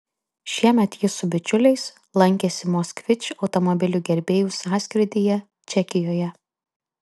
šiemet jis su bičiuliais lankėsi moskvič automobilių gerbėjų sąskrydyje čekijoje